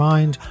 Mind